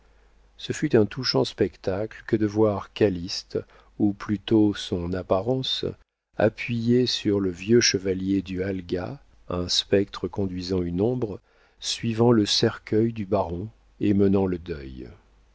ce fut un touchant spectacle que de voir calyste ou plutôt son apparence appuyé sur le vieux chevalier du halga un spectre conduisant une ombre suivant le cercueil du baron et menant le deuil